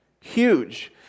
Huge